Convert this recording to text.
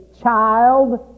child